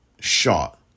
shot